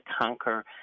conquer